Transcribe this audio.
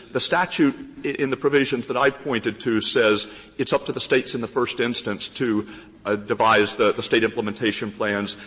the statute in the provisions that i've pointed to says it's up to the states in the first instance to ah devise the the state implementation plans,